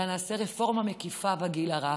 אלא נעשה רפורמה מקיפה בגיל הרך,